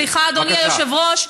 סליחה, אדוני היושב-ראש.